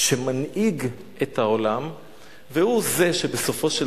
שהוא מנהיג את העולם והוא זה שבסופו של